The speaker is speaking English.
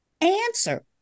answer